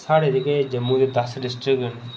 साढ़े जेह्के जम्मू दी दस्स डिस्ट्रिक्ट च बोली जंदी